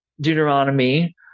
Deuteronomy